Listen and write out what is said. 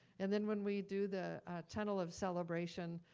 and then when we do the tunnel of celebration,